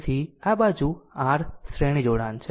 તેથી આ બીજું R શ્રેણી જોડાણ છે